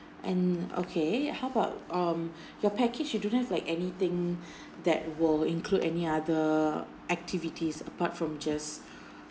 and okay how about um your package you don't have like anything that will include any other activities apart from just